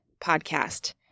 Podcast